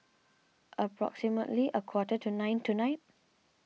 approximately a quarter to nine tonight